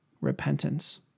repentance